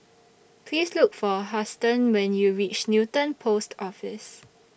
Please Look For Huston when YOU REACH Newton Post Office